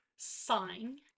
sign